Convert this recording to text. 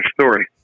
story